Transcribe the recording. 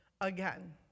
again